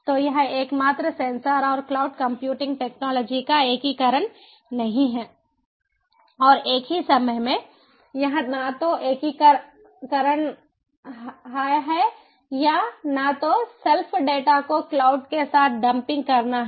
तो यह एक मात्र सेंसर और क्लाउड कंप्यूटिंग टैकनोलजी का एकीकरण नहीं है और एक ही समय में यह न तो एकीकरणहाय है या न तो सेल्फ डेटा को क्लाउड के साथ डंपिंग करना है